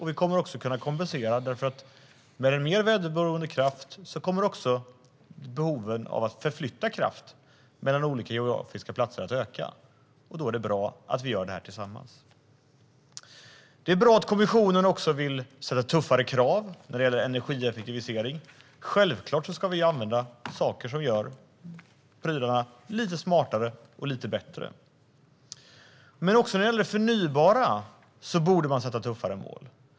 Vi kan även kompensera genom att mer väderberoende kraft gör att behovet av att förflytta kraft mellan olika geografiska platser ökar. Då är det bra att vi gör detta arbete tillsammans. Det är bra att kommissionen också vill ställa tuffare krav på energieffektivisering. Självklart ska vi använda lösningar som gör prylarna lite smartare och lite bättre. Även i fråga om det förnybara borde tuffare mål sättas upp.